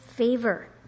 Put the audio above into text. favor